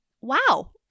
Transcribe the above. wow